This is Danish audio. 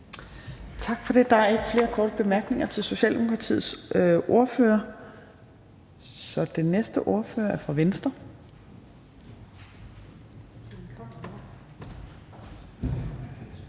Tak for det. Der er ikke flere korte bemærkninger til Socialdemokratiets ordfører. Den næste ordfører er fra Venstre,